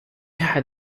had